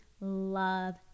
love